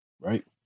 Right